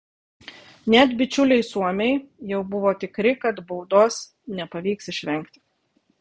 net bičiuliai suomiai jau buvo tikri kad baudos nepavyks išvengti